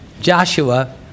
Joshua